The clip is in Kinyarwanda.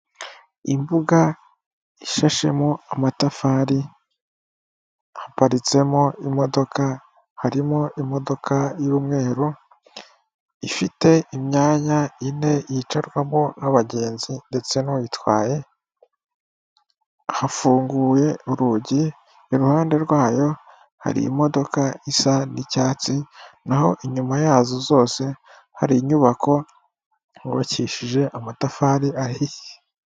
Imbuga ishashemo amatafari haparitsemo imodoka, harimo imodoka y'umweru ifite imyanya ine yicarwamo abagenzi ndetse n'uyitwaye, hafunguye urugi. Iruhande rwayo hari imodoka isa n'icyatsi naho inyuma yazo zose hari inyubako, hubakishije amatafari ahiye.